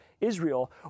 Israel